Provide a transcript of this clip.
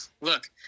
look